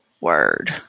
word